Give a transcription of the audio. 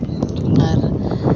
ᱟᱨ